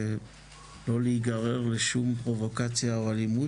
ולא להיגרר לשום פרובוקציה או אלימות,